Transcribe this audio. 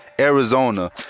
Arizona